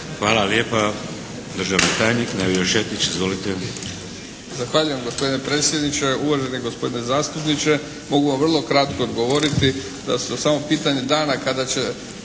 Hvala lijepa. Državni tajnik Nevio Šetić. Izvolite. **Šetić, Nevio (HDZ)** Zahvaljujem gospodine predsjedniče. Uvaženi gospodine zastupniče mogu vam vrlo kratko odgovoriti da je samo pitanje dana kada će